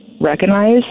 recognize